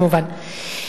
כמובן.